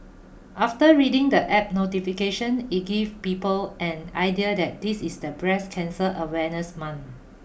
after reading the App notification it give people an idea that this is the breast cancer awareness month